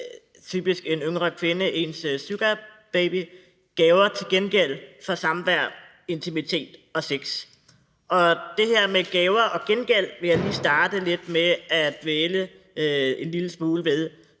typisk en yngre kvinde, en sugarbaby – gaver til gengæld for samvær, intimitet og sex. Det her med gaver og gengæld vil jeg lige starte med at dvæle en lille smule ved,